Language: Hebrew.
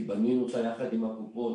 כי בנינו אותה יחד עם הקופות,